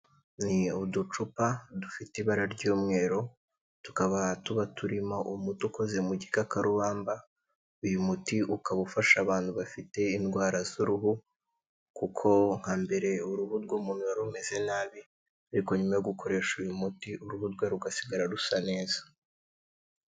Ni uducupa dufite ibara ry'umweru tukaba tuba turimo umuti ukoze mu gikakarubamba, uyu muti ukaba ufasha abantu bafite indwara z'uruhu, kuko nka mbere uruhu rw'umuntu ruba rumeze nabi ariko nyuma yo gukoresha uyu muti uruhu rwe rugasigara rusa neza.